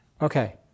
Okay